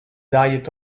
diet